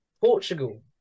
Portugal